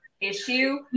issue